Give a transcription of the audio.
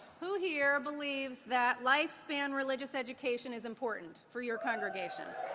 who here believes that life span religious education is important for your congregations?